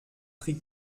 trick